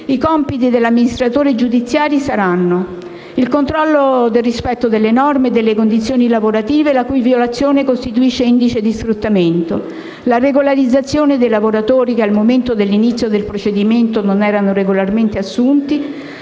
Compiti dell'amministratore giudiziario saranno: il controllo del rispetto delle norme e delle condizioni lavorative la cui violazione costituisce indice di sfruttamento; la regolarizzazione dei lavoratori che al momento dell'inizio del procedimento non erano regolarmente assunti;